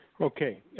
Okay